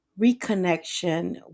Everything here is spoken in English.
reconnection